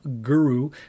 guru